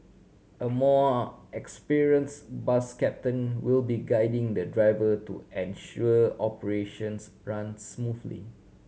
a more experience bus captain will be guiding the driver to ensure operations run smoothly